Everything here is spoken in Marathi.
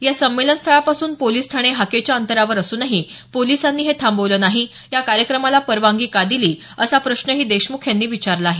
या संमेलन स्थळापासून पोलिस ठाणे हाकेच्या अंतरावर असूनही पोलिसांनी हे थांबवलं नाही या कार्यक्रमाला परवानगी का दिली असा प्रश्नही देशमुख यांनी विचारला आहे